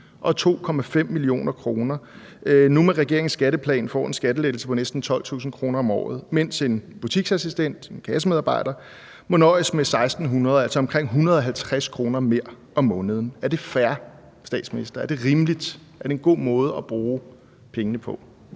og 2,5 mio. kr., med regeringens skatteplan nu får en skattelettelse på næsten 12.000 kr. om året, mens en butiksassistent eller en kassemedarbejder må nøjes med 1.600 kr., altså omkring 150 kr. mere om måneden? Er det fair, statsminister? Er det rimeligt? Er det en god måde at bruge pengene på?